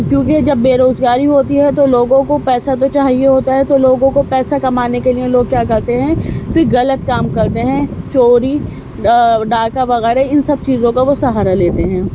کیونکہ جب بے روزگاری ہوتی ہے تو لوگوں کو پیسہ تو چاہیے ہوتا ہے تو لوگوں کو پیسہ کمانے کے لئے لوگ کیا کرتے ہیں کہ غلط کام کرتے ہیں چوری ڈاکہ وغیرہ ان سب چیزوں کا وہ سہارا لیتے ہیں